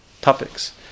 topics